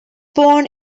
born